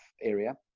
area